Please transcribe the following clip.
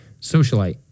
socialite